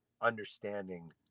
understanding